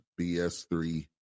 BS3